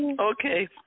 Okay